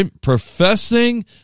professing